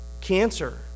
cancer